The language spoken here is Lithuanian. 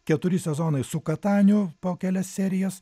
keturi sezonai su kataniu po kelias serijas